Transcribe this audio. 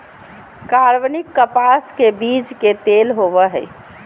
कार्बनिक कपास के बीज के तेल होबो हइ